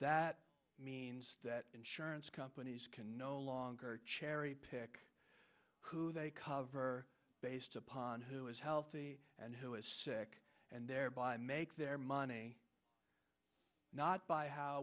that means that insurance companies can no longer cherry pick who they cover based upon who is healthy and who is sick and they make their money not by how